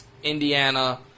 Indiana